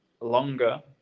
Longer